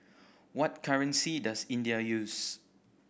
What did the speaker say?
what currency does India use